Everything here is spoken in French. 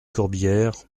corbière